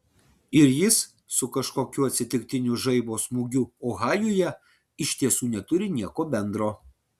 ir jis su kažkokiu atsitiktiniu žaibo smūgiu ohajuje iš tiesų neturi nieko bendro